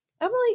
Emily